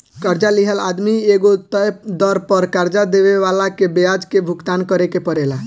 कर्जा लिहल आदमी के एगो तय दर पर कर्जा देवे वाला के ब्याज के भुगतान करेके परेला